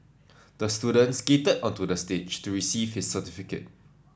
the student skated onto the stage to receive his certificate